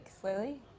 slowly